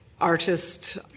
artist